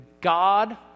God